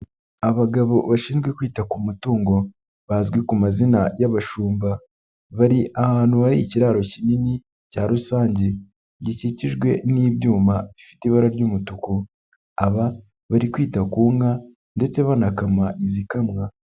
Abagabo bashinzwe kwita ku matungo bazwi ku mazina y'abashumba, bari ahantu hari ikiraro kinini cya rusange, gikikijwe n'ibyuma bifite ibara ry'umutuku, aba bari kwita ku nka ndetse banakama izikamwa.